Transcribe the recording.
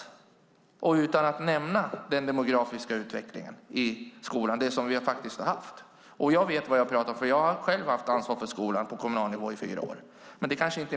Det säger ni utan att nämna den demografiska utvecklingen i skolan som vi har haft. Jag vet vad jag talar om. Jag har själv haft ansvar för skolan på kommunal nivå i fyra år.